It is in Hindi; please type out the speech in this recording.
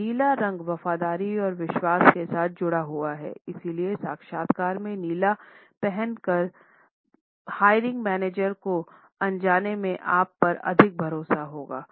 अब नीला रंग वफादारी और विश्वास के साथ जुड़ा हुआ है इसलिए साक्षात्कार में नीला पहनने पर हायरिंग मैनेजर को अनजाने में आप पर अधिक भरोसा होगा